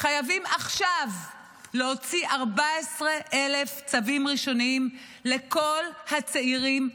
חייבים עכשיו להוציא 14,000 צווים ראשונים לכל הצעירים החרדים.